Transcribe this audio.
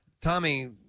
Tommy